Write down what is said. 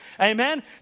Amen